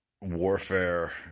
warfare